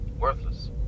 worthless